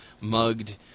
mugged